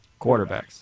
quarterbacks